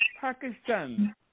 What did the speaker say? Pakistan